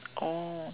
oh